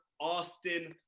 Austin